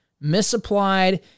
misapplied